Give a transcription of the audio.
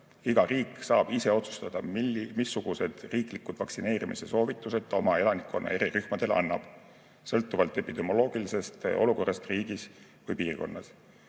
Iga riik saab ise otsustada, missugused riiklikud vaktsineerimissoovitused ta oma elanikkonna eri rühmadele annab. See sõltub epidemioloogilisest olukorrast riigis või piirkonnas,